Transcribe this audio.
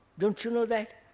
don't you know that?